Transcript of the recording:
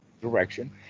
direction